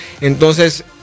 Entonces